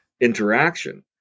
interaction